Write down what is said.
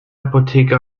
apotheke